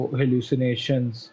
hallucinations